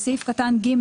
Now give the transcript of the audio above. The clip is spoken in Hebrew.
בסעיף קטן ג),